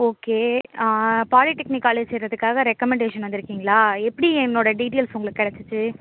okay polytechnic college சேர்கிறதுக்காக recommendation வந்திருக்கிங்களா எப்படி என்னோடய டீடெயில்ஸ் உங்களுக்கு கிடச்சிச்சி